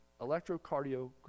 electrocardiogram